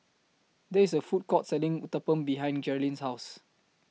There IS A Food Court Selling Uthapam behind Geralyn's House